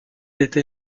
été